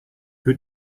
who